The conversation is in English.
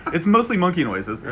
it's mostly monkey noises,